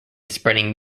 spreading